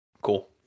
Cool